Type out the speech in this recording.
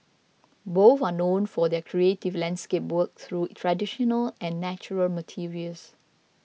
both are known for their creative landscape work through traditional and natural materials